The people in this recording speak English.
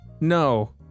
no